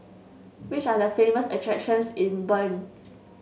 which are the famous attractions in Bern